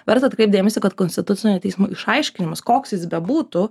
verta atkreipt dėmesį kad konstitucinio teismo išaiškinimas koks jis bebūtų